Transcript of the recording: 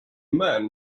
men